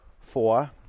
Four